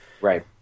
Right